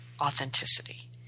authenticity